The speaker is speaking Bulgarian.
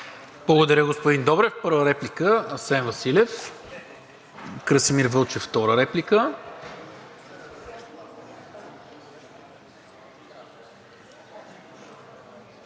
Благодаря, господин Добрев. Първа реплика – Асен Василев, Красимир Вълчев – втора реплика.